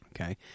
Okay